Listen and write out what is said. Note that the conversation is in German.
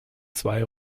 zwei